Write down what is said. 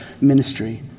ministry